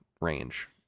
range